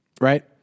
Right